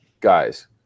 guys